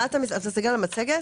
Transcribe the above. אתה מסתכל על המצגת?